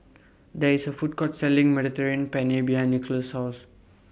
There IS A Food Court Selling Mediterranean Penne behind Nikolas' House